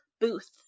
Booth